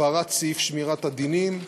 הבהרת סעיף שמירת הדינים,